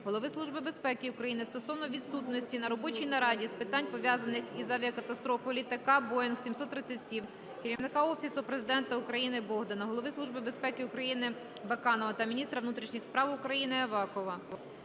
Голови Служби безпеки України стосовно відсутності на робочій нараді з питань, пов'язаних із авіакатастрофою літака Boeing-737 Керівника Офісу Президента України А.Й. Богдана, Голови Служби безпеки України І.Г. Баканова та міністра внутрішніх справ України А.Б. Авакова.